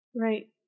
Right